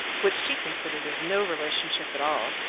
which she considered as no relationship at all,